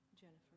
Jennifer